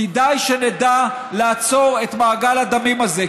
כדאי שנדע לעצור את מעגל הדמים הזה.